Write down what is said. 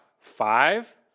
Five